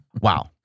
Wow